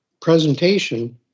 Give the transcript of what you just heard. presentation